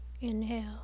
inhale